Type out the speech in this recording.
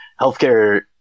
healthcare